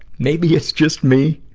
maybe it's just me,